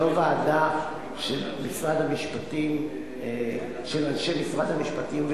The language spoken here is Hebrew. זאת לא ועדה של אנשי משרד המשפטים בלבד.